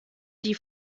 die